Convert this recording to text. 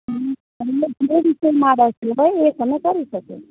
તમને જે વિષયમાં રસ હોય એ તમે કરી શકો છો